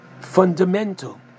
fundamental